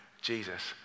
Jesus